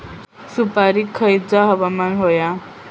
सुपरिक खयचा हवामान होया?